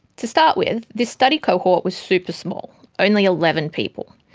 to start with, the study cohort was super small only eleven people.